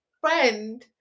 friend